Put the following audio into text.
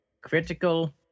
Critical